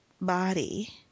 body